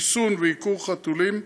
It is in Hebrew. חיסון ועיקור חתולים,